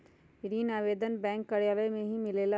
ऋण आवेदन बैंक कार्यालय मे ही मिलेला?